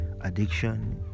addiction